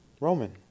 Roman